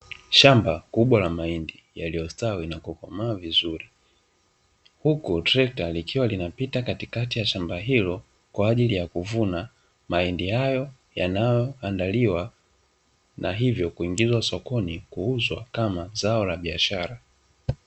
Shamba kubwa la mahindi yaliyostawi na kukomaa vizuri, huku trekta likiwa linapita katikati ya shamba hilo kwa ajili ya kuvuna mahindi hayo yanayoandaliwa na hivyo kuingizwa sokoni kuuzwa kama zao la biashara.